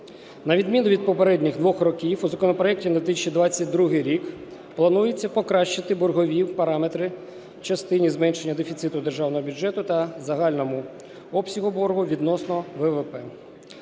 На відміну від попередніх двох років у законопроекті на 2022 рік планується покращити боргові параметри в частині зменшення дефіциту державного бюджету та загальному обсягу боргу відносно ВВП.